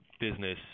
business